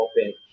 open